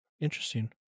Interesting